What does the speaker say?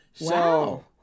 Wow